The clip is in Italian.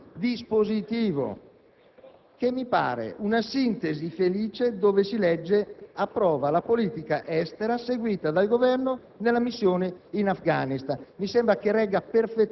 al buonsenso dei colleghi, perché non mi pare giusto anticipare alcuni giudizi di questa natura, atteso che non è la prima volta che si votano per parti